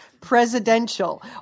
presidential